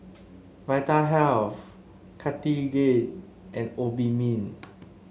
Vitahealth Cartigain and Obimin